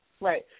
right